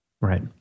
Right